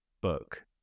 book